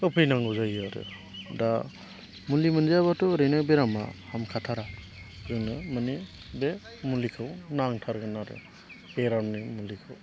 होफैनांगौ जायो आरो दा मुलि मोनजाबाथ' ओरैनो बेरामा हामखाथारा जोंनो माने बे मुलिखौ नांथारगोन आरो बेरामनि मुलिखौ